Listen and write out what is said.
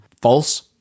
False